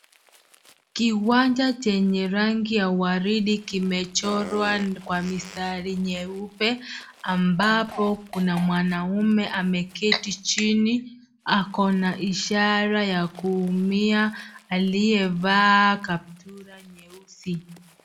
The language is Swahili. Kiwanja chenye rangi ya waridi kimechorwa kwa mistari nyeupe, ambapo kuna mwanaume ameketi chini, ako na ishara ya kuumia, aliyevaa kaptura nyeusi.